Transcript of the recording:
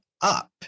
up